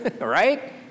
right